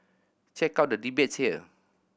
check out the debates here